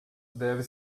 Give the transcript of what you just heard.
deve